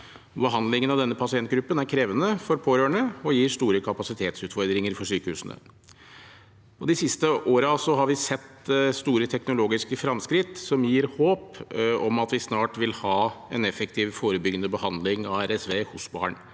Behandlingen av denne pasient gruppen er krevende for pårørende og gir store kapasitetsutfordringer for sykehusene. De siste årene har vi sett store teknologiske fremskritt som gir håp om at vi snart vil ha en effektiv forebyggende behandling av RSV hos barn.